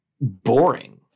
boring